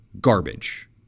garbage